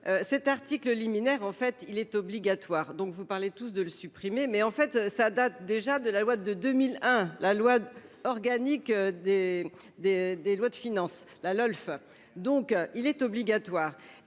Cet article liminaire, en fait, il est obligatoire, donc vous parlez tous de le supprimer, mais en fait, ça date déjà de la loi de 2001, la loi organique des des des lois de finances la LOLF. Donc, il est obligatoire